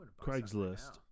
Craigslist